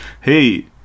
hey